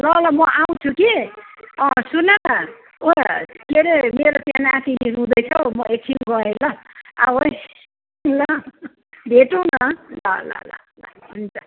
ल ल म आउँछु कि सुन न उयो के अरे मेरो त्यहाँ नातिनी रुँदैछ हौ म एकछिन गएँ ल आऊ है ल भेटौँ न ल ल ल ल ल हुन्छ